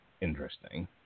interesting